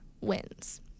wins